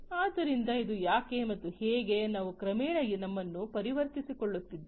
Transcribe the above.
ಆದ್ದರಿಂದ ಇದು ಯಾಕೆ ಮತ್ತು ಹೇಗೆ ನಾವು ಕ್ರಮೇಣ ನಮ್ಮನ್ನು ಪರಿವರ್ತಿಸಿಕೊಳ್ಳುತ್ತಿದ್ದೇವೆ